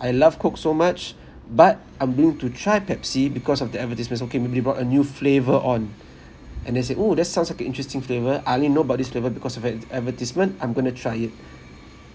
I love coke so much but I'm moved to try pepsi because of the advertisements okay maybe they brought a new flavour on and I say !woo! that sounds like an interesting flavour I only know about this flavour because of that advertisement I'm going to try it